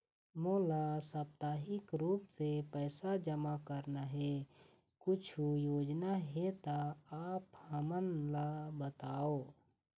मोला साप्ताहिक रूप से पैसा जमा करना हे, कुछू योजना हे त आप हमन बताव?